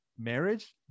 marriage